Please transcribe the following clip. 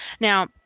Now